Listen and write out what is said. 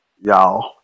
y'all